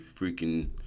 freaking